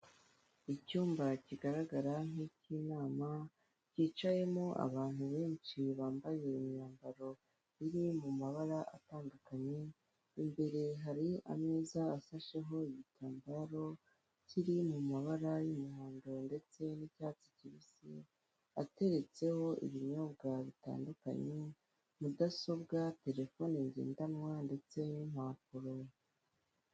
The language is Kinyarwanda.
Icyumba kigaragara nk'icyinama cyicayemo abantu benshi bambaye imyambaro iri mu mabara atandukanye imbere hari ameza asasheho igitambaro kiri mu mabara y'umuhondo, ndetse n'icyatsi kibisi ateretseho ibinyobwa bitandukanye mudasobwa, terefone ngendanwa, ndetse n'impapuro.